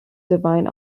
divine